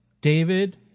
David